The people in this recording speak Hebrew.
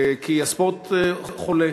כי הספורט חולה